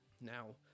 Now